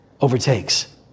overtakes